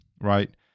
Right